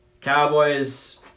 Cowboys